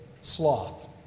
sloth